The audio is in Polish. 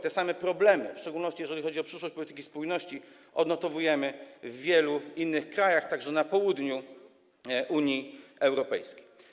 Te same problemy, w szczególności jeżeli chodzi o przyszłość polityki spójności, odnotowujemy w wielu innych krajach, także na południu Unii Europejskiej.